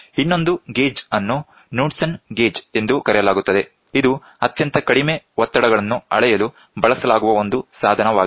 ಇನ್ನೊಂದು ಗೇಜ್ ಅನ್ನು Knudsen gauge ಎಂದು ಕರೆಯಲಾಗುತ್ತದೆ ಇದು ಅತ್ಯಂತ ಕಡಿಮೆ ಒತ್ತಡಗಳನ್ನು ಅಳೆಯಲು ಬಳಸಲಾಗುವ ಒಂದು ಸಾಧನವಾಗಿದೆ